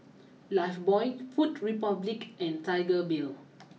Lifebuoy food Republic and Tiger Beer